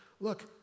look